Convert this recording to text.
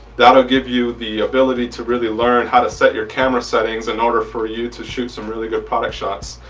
that'll give you the ability to really learn how to set your camera settings in order for you to shoot some really good product shots.